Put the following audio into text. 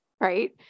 right